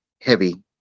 heavy